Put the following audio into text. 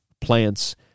plants